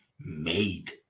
made